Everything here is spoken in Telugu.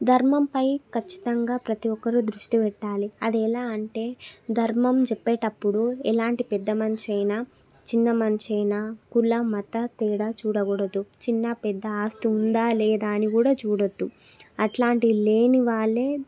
ధర్మంపై ఖచ్చితంగా ప్రతి ఒక్కరు దృష్టి పెట్టాలి అది ఎలా అంటే ధర్మం చెప్పేటప్పుడు ఎలాంటి పెద్ద మంచైనా చిన్న మంచైనా కుల మత తేడా చూడకూడదు చిన్నా పెద్డా ఆస్తి ఉందా లేదా అని కూడా చూడవద్దు అట్లాంటి లేని వాళ్ళే